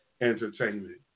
Entertainment